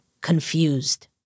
confused